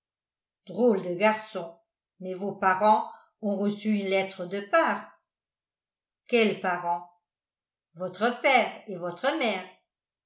drôle de garçon mais vos parents ont reçu une lettre de part quels parents votre père et votre mère